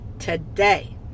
today